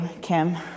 Kim